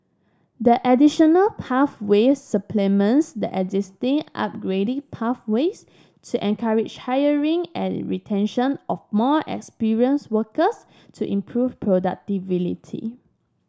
the additional pathway supplements the existing upgrading pathways to encourage hiring and retention of more experienced workers to improve